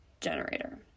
generator